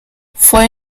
fue